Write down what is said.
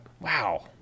Wow